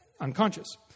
unconscious